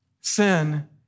sin